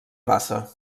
bassa